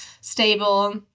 stable